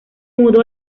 mudó